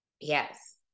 yes